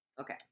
Okay